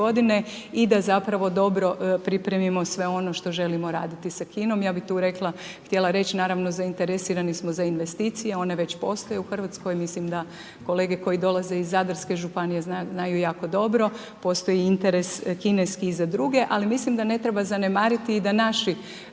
i da zapravo dobro pripremimo sve ono što želimo raditi sa Kinom. Ja bih tu rekla, htjela reći naravno, zainteresirano smo za investicije. One već postoje u RH, mislim da kolege koji dolaze iz Zadarske županije znaju jako dobro. Postoji interes kineski i za druge, ali mislim da ne treba zanemariti i da naše